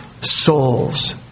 souls